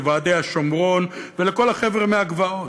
לוועדי השומרון ולכל החבר'ה מהגבעות.